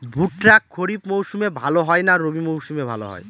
ভুট্টা খরিফ মৌসুমে ভাল হয় না রবি মৌসুমে ভাল হয়?